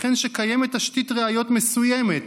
וכן שקיימת תשתית ראיות מסוימת